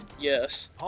Yes